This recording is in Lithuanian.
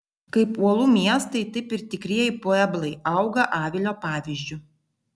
kaip uolų miestai taip ir tikrieji pueblai auga avilio pavyzdžiu